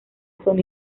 sony